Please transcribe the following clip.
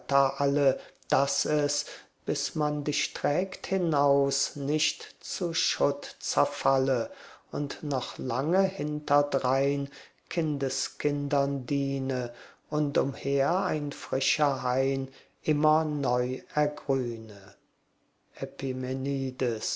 alle daß es bis man dich trägt hinaus nicht zu schutt zerfalle und noch lange hinterdrein kindeskindern diene und umher ein frischer hain immer neu ergrüne